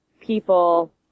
people